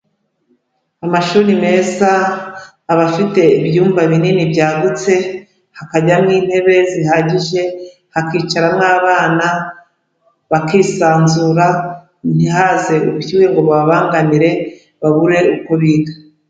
Amashuri meza aba afite ibyumba binini byagutse, hakajyamo intebe zihagije, hakicara n'abana bakisanzura ntihaze ubushyuhe ngo bubabangamire babure uko biga.